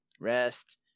rest